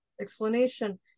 explanation